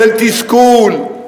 של תסכול,